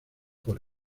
por